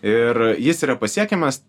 ir jis yra pasiekiamas